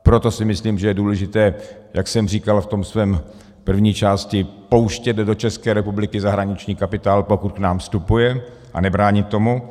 Proto si myslím, že je důležité, jak jsem říkal v té své první části, pouštět do České republiky zahraniční kapitál, pokud k nám vstupuje, a nebránit tomu.